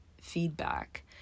feedback